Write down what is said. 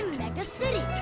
mega city.